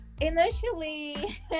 initially